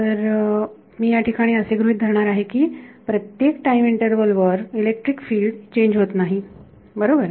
तर मी या ठिकाणी असे गृहीत धरणार आहे की प्रत्येक टाईम इंटरवल वर इलेक्ट्रिक फील्ड चेंज होत नाही बरोबर